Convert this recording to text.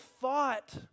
thought